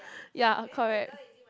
ya correct